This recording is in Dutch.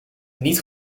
niet